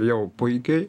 jau puikiai